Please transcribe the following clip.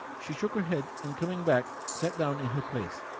she shook her head, and, coming back, sat down in her place.